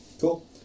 Cool